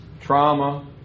trauma